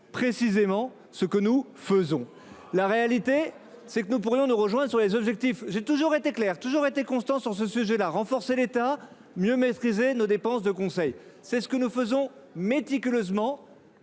précisément ce que nous faisons. À la vérité, nous pourrions nous rejoindre sur les objectifs. J’ai toujours été clair et constant sur ce sujet : il faut renforcer l’État et mieux maîtriser nos dépenses de conseil. C’est ce que nous faisons méticuleusement.